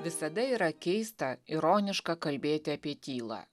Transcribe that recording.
visada yra keista ironiška kalbėti apie tylą